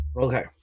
Okay